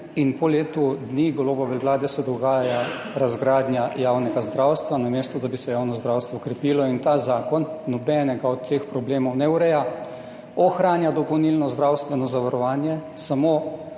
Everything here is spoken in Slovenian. in po letu dni Golobove vlade se dogaja razgradnja javnega zdravstva, namesto da bi se javno zdravstvo krepilo. In ta zakon nobenega od teh problemov ne ureja. Ohranja dopolnilno zdravstveno zavarovanje, samo